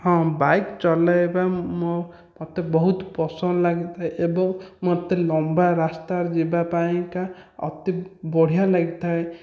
ହଁ ବାଇକ ଚଲାଇବା ମୋ ମୋତେ ବହୁତ ପସନ୍ଦ ଲାଗିଥାଏ ଏବଂ ମୋତେ ଲମ୍ବା ରାସ୍ତାରେ ଯିବା ପାଇଁକା ଅତି ବଢ଼ିଆ ଲାଗିଥାଏ